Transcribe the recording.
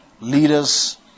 leaders